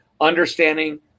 understanding